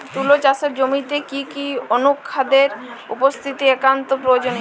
তুলা চাষের জমিতে কি কি অনুখাদ্যের উপস্থিতি একান্ত প্রয়োজনীয়?